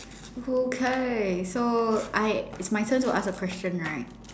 okay so I it's my turn to ask a question right